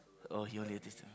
oh he this ah